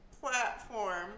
platform